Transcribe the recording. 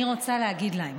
אני רוצה להגיד להם